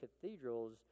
cathedrals